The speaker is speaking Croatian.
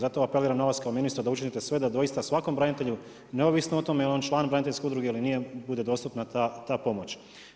Zato apeliram na vas kao ministra, da učinite sve da doista svakom branitelju, neovisno o tome je li on član braniteljske udruge ili nije bude dostupna ta pomoć.